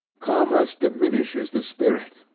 commerce diminishes the spirit,